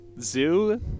zoo